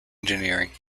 engineering